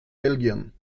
belgien